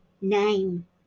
name